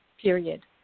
period